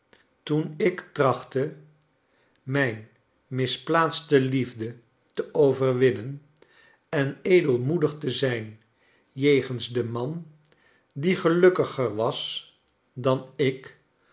toen ik trachtte mijn misplaatste liefde te overwinnen enedelmoedig te zijn jegens den man die gelukkiger was dan ik